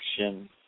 action